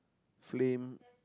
flame